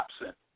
absent